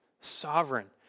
sovereign